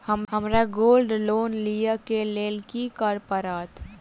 हमरा gold loan लिय केँ लेल की करऽ पड़त?